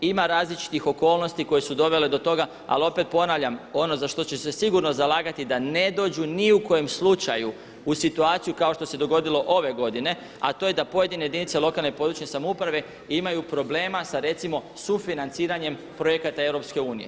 Ima različitih okolnosti koje su dovele do toga, ali opet ponavljam ono za što će se sigurno zalagati da ne dođu ni u kojem slučaju u situaciju kao što se dogodilo ove godine a to je da pojedine jedinice lokalne i područne samouprave imaju problema sa recimo sufinanciranjem projekata EU.